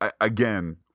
again